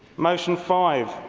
motion five,